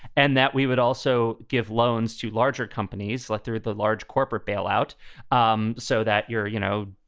and that we would also give loans to larger companies, let through the large corporate bail out um so that your you know.